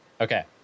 Okay